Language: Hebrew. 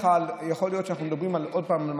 יכול להיות שאנחנו מדברים על מקום,